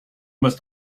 must